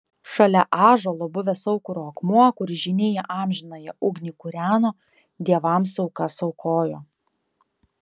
šalia ąžuolo buvęs aukuro akmuo kur žyniai amžinąją ugnį kūreno dievams aukas aukojo